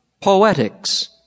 Poetics